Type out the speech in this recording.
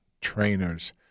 trainers